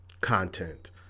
content